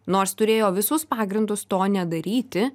nors turėjo visus pagrindus to nedaryti